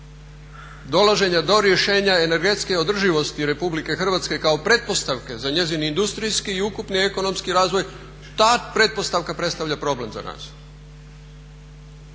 dolaženja do rješenja energetske održivosti RH kao pretpostavke za njezin industrijski i ukupni ekonomski razvoj ta pretpostavka predstavlja problem za nas.